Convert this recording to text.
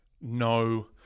no